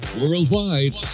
Worldwide